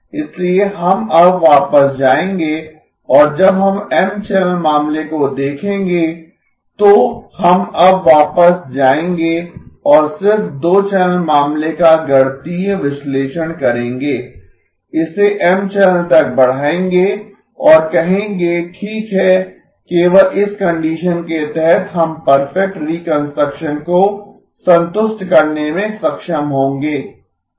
इसलिए हम अब वापस जाएंगे और जब हम M चैनल मामले को देखेंगे तो हम अब वापस जाएंगे और सिर्फ दो चैनल मामले का गणितीय विश्लेषण करेंगें इसे M चैनल तक बढ़ाएंगे और कहेंगे ठीक है केवल इस कंडीशन के तहत हम परफेक्ट रिकंस्ट्रक्शन को संतुष्ट करने में सक्षम होंगे ठीक है